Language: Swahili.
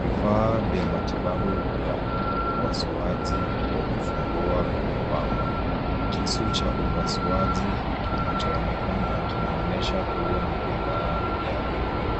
Vifaa vya matibabu vya upasuaji wa kufungua vimepangwa. Kisumu cha upasuaji kinachoonekana kinaonyesha kuwa ni bidhaa ya Wilmed .